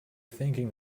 thinking